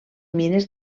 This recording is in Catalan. mines